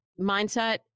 mindset